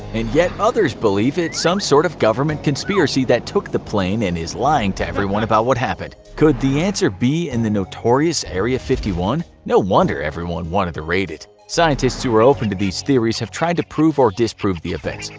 and others believe it's some sort of government conspiracy that took the plane and is lying to everyone about what happened. could the answer be in the notorious area fifty one? no wonder everyone wanted to raid it! scientists who are open to these theories have tried to prove or disprove the events.